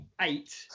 eight